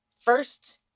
first